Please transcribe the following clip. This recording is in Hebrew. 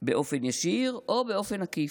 באופן ישיר או באופן עקיף.